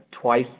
twice